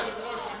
אדוני היושב-ראש,